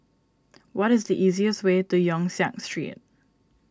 what is the easiest way to Yong Siak Street